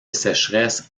sécheresse